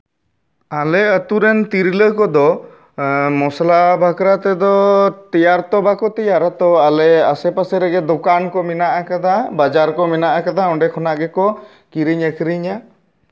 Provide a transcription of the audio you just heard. ᱟᱞᱮ ᱟᱹᱛᱩ ᱨᱮᱱ ᱛᱤᱨᱞᱟᱹ ᱠᱚᱫᱚ ᱢᱚᱥᱞᱟ ᱵᱟᱠᱷᱨᱟ ᱛᱮᱫᱚ ᱛᱮᱭᱟᱨ ᱛᱚ ᱵᱟᱠᱚ ᱛᱮᱭᱟᱨᱟ ᱛᱚ ᱟᱞᱮ ᱟᱥᱮᱯᱟᱥᱮ ᱨᱮᱜᱮ ᱫᱚᱠᱟᱱ ᱠᱚ ᱢᱮᱱᱟᱜ ᱟᱠᱟᱫᱟ ᱵᱟᱡᱟᱨ ᱠᱚ ᱢᱮᱱᱟᱜ ᱠᱟᱫᱟ ᱚᱰᱮ ᱠᱷᱚᱱᱟᱜ ᱜᱮᱠᱚ ᱠᱤᱨᱤᱧ ᱟ ᱠᱷᱨᱤᱧᱟ